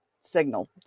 signal